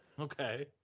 Okay